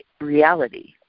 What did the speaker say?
reality